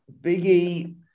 Biggie